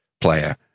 player